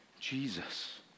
Jesus